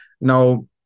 Now